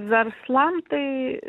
verslam tai